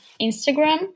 instagram